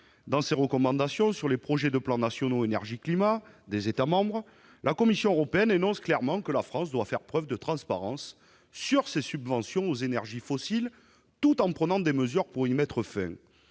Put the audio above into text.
Dans ses recommandations sur les projets de plans nationaux énergie-climat des États membres, la Commission européenne énonce clairement que la France doit faire preuve de transparence sur ses subventions aux énergies fossiles tout en prenant des mesures pour y mettre fin.